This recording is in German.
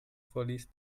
vorliest